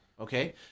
okay